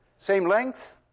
same length,